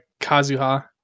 Kazuha